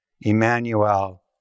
Emmanuel